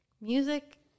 music